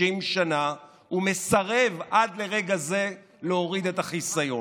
שנים ומסרב עד לרגע זה להוריד את החיסיון.